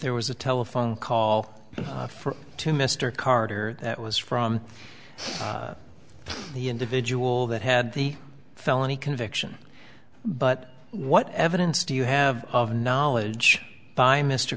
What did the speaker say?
there was a telephone call for to mr carter that was from the individual that had the felony conviction but what evidence do you have of knowledge by mr